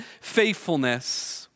faithfulness